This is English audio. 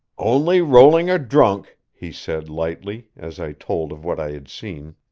only rolling a drunk, he said lightly, as i told of what i had seen.